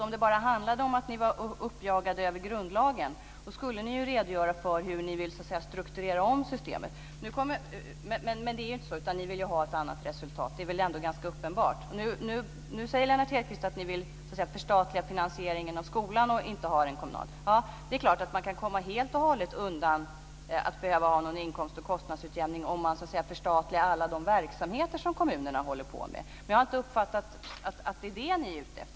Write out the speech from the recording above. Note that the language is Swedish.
Om det bara handlade om att ni var uppjagade över grundlagen, så skulle ni ju redogöra för hur ni vill strukturera om systemet. Men det är ju inte så, utan ni vill ju ha ett annat resultat. Det är väl ändå ganska uppenbart. Nu säger Lennart Hedquist att ni så att säga vill förstatliga finansieringen av skolan och inte ha den kommunal. Det är klart att man kan komma helt och hållet undan att behöva ha någon inkomst och kostnadsutjämning om man så att säga förstatligar alla de verksamheter som kommunerna har hand om. Men jag har inte uppfattat att det är det som ni är ute efter.